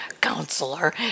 counselor